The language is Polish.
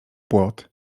płot